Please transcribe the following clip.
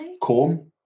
Corn